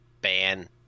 ban